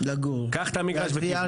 קח את המגרש ותבנה.